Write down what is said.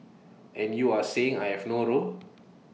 and you are saying I have no role